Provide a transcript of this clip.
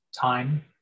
time